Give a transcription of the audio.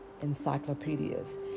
Encyclopedias